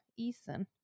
Eason